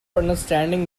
understanding